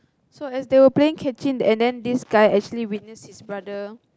so as they were playing catching and then this guy actually witnessed his brother